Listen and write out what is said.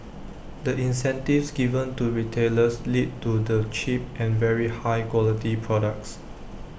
the incentives given to retailers lead to the cheap and very high quality products